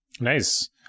Nice